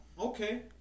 okay